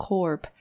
Corp